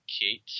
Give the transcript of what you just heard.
Kate